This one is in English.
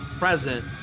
present